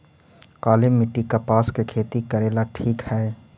काली मिट्टी, कपास के खेती करेला ठिक हइ?